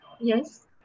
Yes